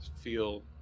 feel